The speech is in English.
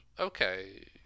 Okay